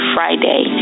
Friday